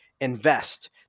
invest